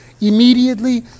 immediately